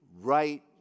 right